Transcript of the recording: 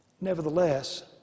Nevertheless